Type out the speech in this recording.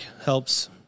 helps